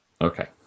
Okay